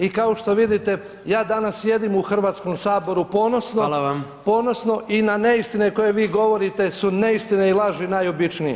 I kao što vidite ja danas sjedim u Hrvatskom saboru ponosno, ponosno i na neistine koje vi govorite su neistine i laži najobičnije.